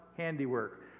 handiwork